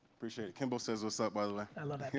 appreciate it. kimbo says, what's up, by the way. i love i mean